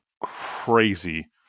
crazy